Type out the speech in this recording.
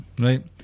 Right